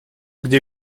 где